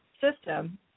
system